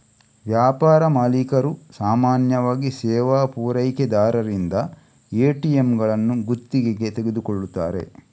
ವ್ಯಾಪಾರ ಮಾಲೀಕರು ಸಾಮಾನ್ಯವಾಗಿ ಸೇವಾ ಪೂರೈಕೆದಾರರಿಂದ ಎ.ಟಿ.ಎಂಗಳನ್ನು ಗುತ್ತಿಗೆಗೆ ತೆಗೆದುಕೊಳ್ಳುತ್ತಾರೆ